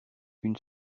une